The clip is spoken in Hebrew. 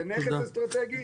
זה נכס אסטרטגי,